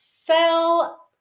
sell